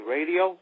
Radio